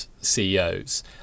CEOs